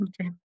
Okay